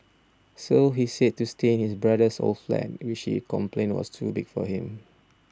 so he said to stay in his brother's old flat which he complained was too big for him